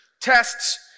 tests